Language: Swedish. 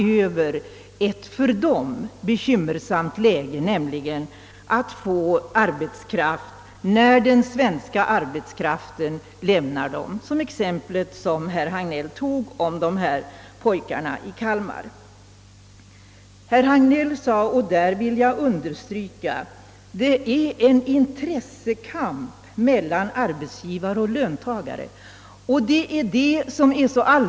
De får på det viset arbetskraft när den svenska arbetskraften läm nar dem, såsom i det exempel som herr Hagnell nämnde om pojkarna i Kalmar. Herr Hagnell sade — och det vill jag understryka såsom alldeles uppenbart — att det pågår en intressekamp mellan arbetsgivare och löntagare.